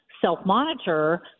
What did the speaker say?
self-monitor